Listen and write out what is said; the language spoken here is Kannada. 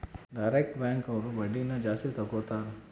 ಡೈರೆಕ್ಟ್ ಬ್ಯಾಂಕ್ ಅವ್ರು ಬಡ್ಡಿನ ಜಾಸ್ತಿ ತಗೋತಾರೆ